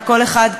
וכל אחד,